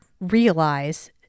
realize